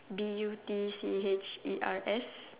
B U T C H E R S